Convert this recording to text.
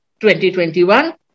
2021